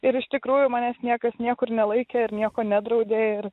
ir iš tikrųjų manęs niekas niekur nelaikė ir nieko nedraudė ir